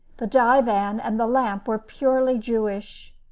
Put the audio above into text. the divan and the lamp were purely jewish.